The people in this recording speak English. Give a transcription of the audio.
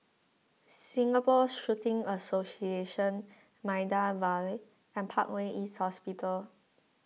Singapore Shooting Association Maida Vale and Parkway East Hospital